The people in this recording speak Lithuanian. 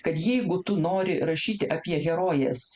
kad jeigu tu nori rašyti apie herojės